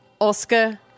Oscar